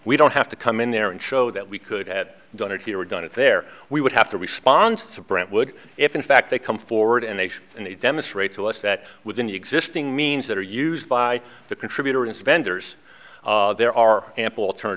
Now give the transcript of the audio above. we don't have to come in there and show that we could at done it here were done if there we would have to respond to brentwood if in fact they come forward and they should demonstrate to us that within the existing means that are used by the contributor and vendors there are ample